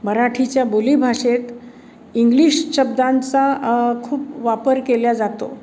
मराठीच्या बोलीभाषेत इंग्लिश शब्दांचा खूप वापर केला जातो